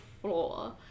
floor